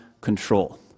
control